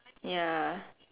ya